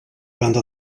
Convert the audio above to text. banda